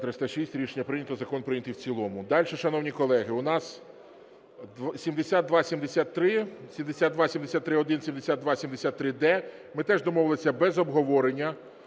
За-306 Рішення прийнято. Закон прийнятий в цілому. Дальше, шановні колеги, у нас 7273, 7273-1, 7273-д, ми теж домовилися без обговорення.